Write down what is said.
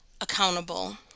accountable